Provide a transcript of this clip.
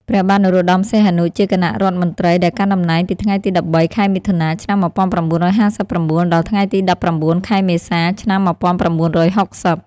ព្រះបាទនរោត្តម សីហនុ ជាគណៈរដ្ឋមន្ត្រីដែលកាន់តំណែងពីថ្ងៃទី ១៣ ខែមិថុនា ឆ្នាំ១៩៥៩ ដល់ថ្ងៃទី ១៩ ខែមេសា ឆ្នាំ១៩៦០។